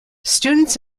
students